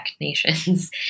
nations